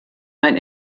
man